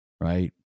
right